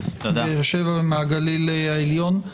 מבאר שבע ומהגליל העליון.